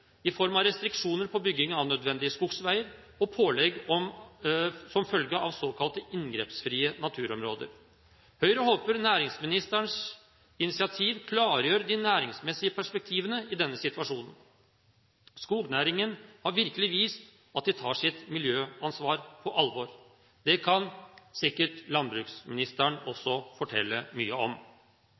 i form av restriksjoner på bygging av nødvendige skogsveier og i form av pålegg som følge av såkalte inngrepsfrie naturområder. Høyre håper næringsministerens initiativ klargjør de næringsmessige perspektivene i denne situasjonen. Skognæringen har virkelig vist at de tar sitt miljøansvar på alvor. Det kan sikkert også landbruksministeren fortelle mye om.